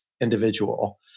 individual